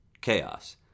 chaos